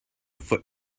foot